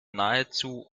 nahezu